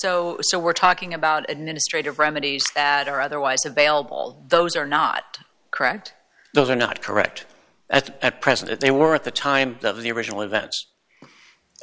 so so we're talking about administrative remedies that are otherwise available those are not correct those are not correct at at present if they were at the time of the original events